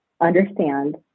understand